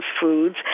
foods